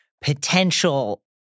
potential